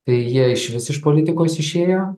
tai jie išvis iš politikos išėjo